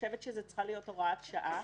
שזו צריכה להיות הוראת שעה